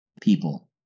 people